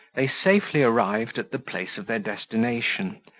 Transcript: they safely arrived at the place of their destination,